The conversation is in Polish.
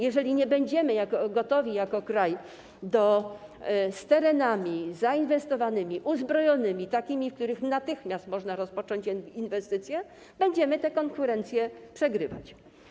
Jeżeli nie będziemy gotowi jako kraj z terenami zainwestowanymi, uzbrojonymi, takimi, na których natychmiast można rozpocząć inwestycje, będziemy w tych konkurencjach przegrywać.